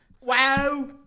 Wow